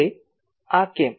હવે આ કેમ